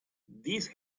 these